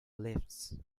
lifts